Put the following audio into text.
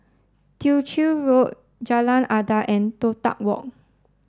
Tew Chew Road Jalan Adat and Toh Tuck Walk